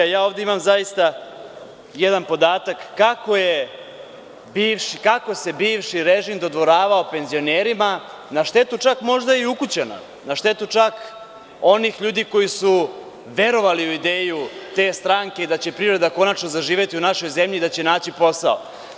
Ja ovde imam zaista jedan podatak kako se bivši režim dodvoravao penzionerima na štetu čak možda i ukućana, na štetu čak i onih ljudi koji su verovali u ideju te stranke i da će privreda konačno zaživeti u našoj zemlji i da će naći posao.